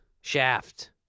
shaft